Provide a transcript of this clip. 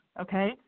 okay